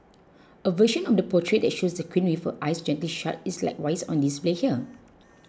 a version of the portrait that shows the Queen with her eyes gently shut is likewise on display here